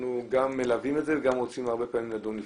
אנחנו גם מלווים את זה וגם רוצים הרבה פעמים לדון לפני.